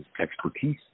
expertise